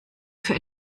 für